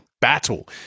battle